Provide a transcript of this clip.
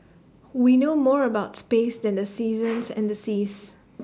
we know more about space than the seasons and the seas